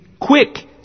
quick